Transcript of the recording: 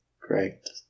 Correct